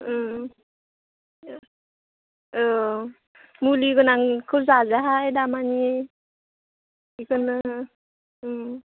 ए औ मुलि गोनांखौ जाजायाहाय दामानि बेखौनो